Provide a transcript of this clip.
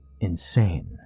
Insane